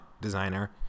designer